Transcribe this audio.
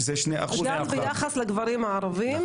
שזה 2%. גם ביחס לגברים הערבים,